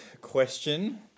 question